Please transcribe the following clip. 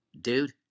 dude